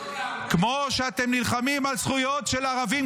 --- כמו שאתם נלחמים על זכויות של ערבים,